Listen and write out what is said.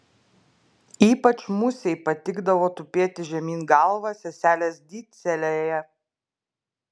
ypač musei patikdavo tupėti žemyn galva seselės di celėje